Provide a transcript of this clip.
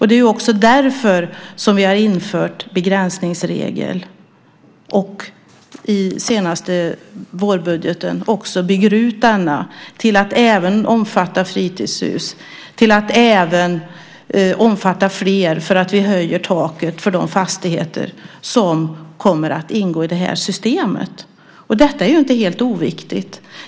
Det är också därför vi har infört begränsningsregeln. I den senaste vårbudgeten bygger vi ut den till att även omfatta fritidshus och till att omfatta fler. Vi höjer taket för de fastigheter som kommer att ingå i systemet. Det är inte helt oviktigt.